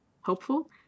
hopeful